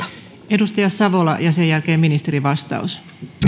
edustaja savola ja sen jälkeen ministerin vastaus